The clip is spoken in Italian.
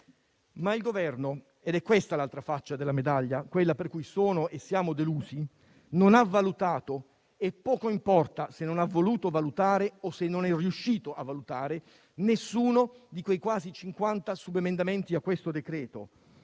Ma il Governo, ed è questa l'altra faccia della medaglia, quella per cui sono e siamo delusi, non ha valutato - e poco importa se non ha voluto valutare o se non è riuscito a valutare - nessuno dei quasi 50 subemendamenti al decreto,